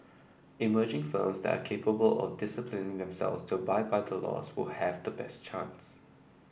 emerging firms that are capable of disciplining themselves to abide by the laws will have the best chance